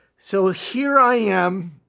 so here i am.